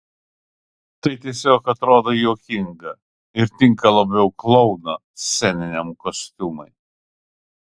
tai tiesiog atrodo juokinga ir tinka labiau klouno sceniniam kostiumui